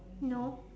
no